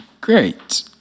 Great